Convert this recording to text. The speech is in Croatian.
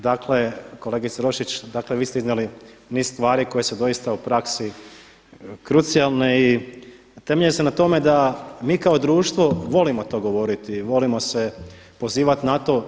Dakle, kolegice Roščić vi ste iznijeli niz stvari koje su doista u praksi krucijalne i temelje se na tome da mi kao društvo volimo to govoriti, volimo se pozivati na to.